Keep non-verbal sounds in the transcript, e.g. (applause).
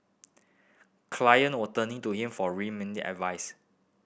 client were turning to (unintelligible) for remittance advice